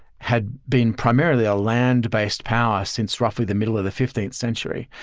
had been primarily a land-based power since roughly the middle of the fifteenth century.